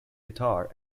guitar